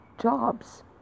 jobs